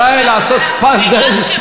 אפשר היה לעשות פאזל, סלט.